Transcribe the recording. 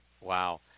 Wow